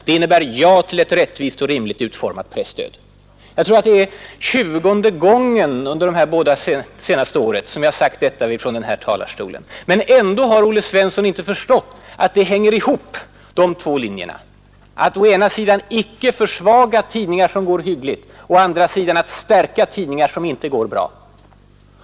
Det innebär ja till ett rättvist och rimligt utformat presstöd. Jag tror att det är tjugonde gången som jag har sagt detta från den här talarstolen. Men ändå har Olle Svensson inte förstått att de två linjerna hänger ihop: att å ena sidan inte försvaga tidningar som går hyggligt och å andra sidan stärka tidningar som inte går bra.